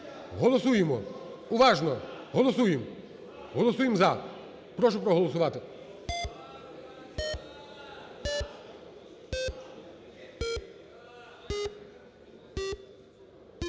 Голосуємо! Уважно! Голосуємо! Голосуємо "за". Прошу проголосувати.